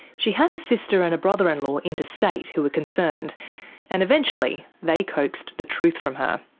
she had a sister and a brother-in-law interstate who were concerned and eventually they coaxed the truth from her.